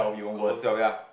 confirm